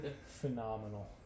Phenomenal